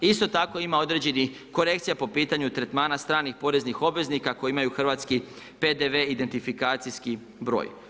Isto tako ima određenih korekcija po pitanju tretmana stranih poreznih obveznika koji imaju hrvatski PDV identifikacijski broj.